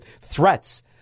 threats